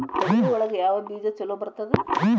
ತೊಗರಿ ಒಳಗ ಯಾವ ಬೇಜ ಛಲೋ ಬರ್ತದ?